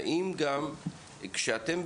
והאם כשאתם,